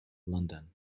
london